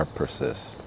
persist